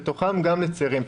בתוכם גם לצעירים.